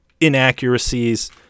inaccuracies